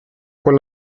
con